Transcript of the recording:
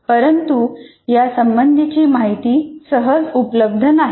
परंतु यासंबंधीची माहिती सहज उपलब्ध नाही